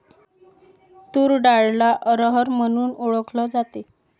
तूर डाळला अरहर म्हणूनही ओळखल जाते